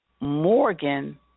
Morgan